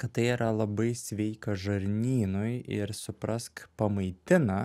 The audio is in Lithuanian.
kad tai yra labai sveika žarnynui ir suprask pamaitina